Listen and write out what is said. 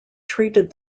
treated